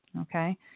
Okay